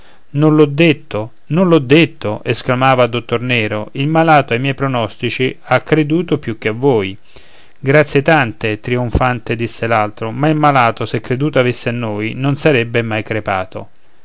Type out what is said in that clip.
non l'ho detto non l'ho detto esclamava dottor nero il malato a miei pronostici ha creduto più che a voi grazie tante trionfante disse l'altro ma il malato se creduto avesse a noi non sarebbe mai crepato